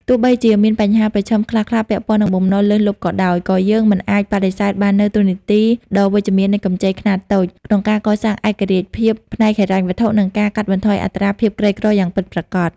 ទោះបីជាមានបញ្ហាប្រឈមខ្លះៗពាក់ព័ន្ធនឹងបំណុលលើសលប់ក៏ដោយ ក៏យើងមិនអាចបដិសេធបាននូវតួនាទីដ៏វិជ្ជមាននៃកម្ចីខ្នាតតូច ក្នុងការកសាងឯករាជ្យភាពផ្នែកហិរញ្ញវត្ថុ និងការកាត់បន្ថយអត្រាភាពក្រីក្រយ៉ាងពិតប្រាកដ។